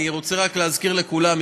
אני רוצה רק להזכיר לכולם,